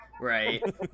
right